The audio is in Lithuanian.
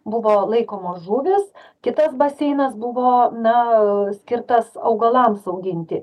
buvo laikomos žuvys kitas baseinas buvo na skirtas augalams auginti